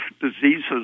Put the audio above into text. diseases